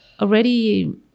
Already